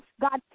God